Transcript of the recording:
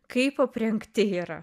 kaip aprengti yra